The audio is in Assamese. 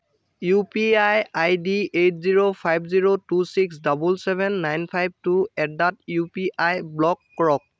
U P I ID eight zero five zero two six double seven nine five two at the U P I block কৰক